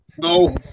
No